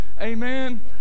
Amen